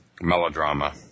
melodrama